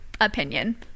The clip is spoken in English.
opinion